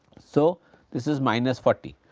so this is minus forty.